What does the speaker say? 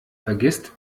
vergisst